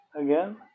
Again